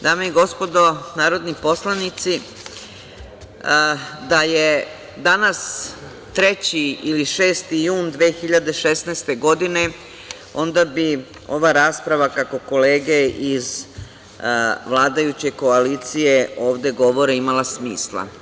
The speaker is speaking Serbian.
Dame i gospodo narodni poslanici, da je danas 3. ili 6. jun 2016. godine, onda bi ova rasprava, kako kolege iz vladajuće koalicije ovde govore, imala smisla.